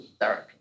therapy